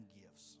gifts